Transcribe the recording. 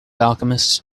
alchemists